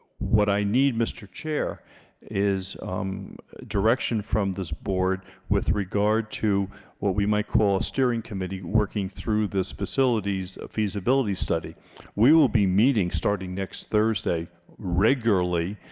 what i need mr. chair is a direction from this board with regard to what we might call a steering committee working through this facilities a feasibility study we will be meeting starting next thursday regularly